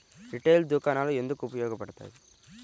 Retail దుకాణాలు ఎందుకు ఉపయోగ పడతాయి?